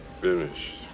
Finished